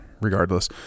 regardless